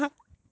!ee!